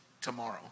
tomorrow